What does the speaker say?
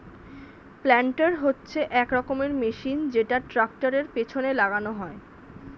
planter হচ্ছে এক রকমের মেশিন যেটা ট্র্যাক্টরের পেছনে লাগানো হয়